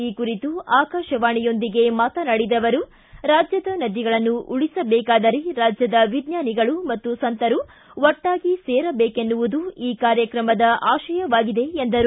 ಈ ಕುರಿತು ಆಕಾಶವಾಣಿಯೊಂದಿಗೆ ಮಾತನಾಡಿದ ಅವರು ರಾಜ್ದದ ನದಿಗಳನ್ನು ಉಳಸಬೇಕಾದರೆ ರಾಜ್ದದ ವಿಜ್ವಾನಿಗಳು ಮತ್ತು ಸಂತರು ಒಟ್ಟಾಗಿ ಸೇರಬೇಕೆನ್ನುವುದು ಈ ಕಾರ್ಯಕ್ರಮದ ಆಶಯವಾಗಿದೆ ಎಂದರು